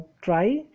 try